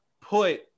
put